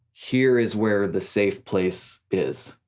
here is where the safe place is.